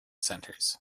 centers